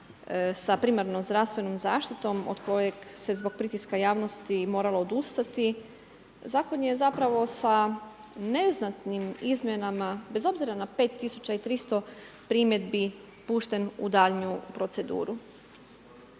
sa primarnom zdravstvenom zaštitom od kojeg se zbog pritiska javnosti moralo odustati, Zakon je zapravo sa neznatnim izmjenama bez obzira na 5300 primjedbi pušten u daljnju proceduru.